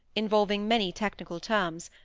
involving many technical terms,